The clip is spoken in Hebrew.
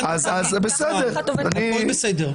הכול בסדר.